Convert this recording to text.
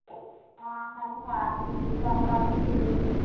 हँ मनिहारी बनमनखी